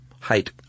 height